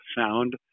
sound